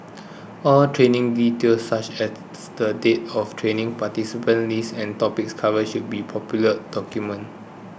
all training details such as the date of training participant list and topics covered should be properly documented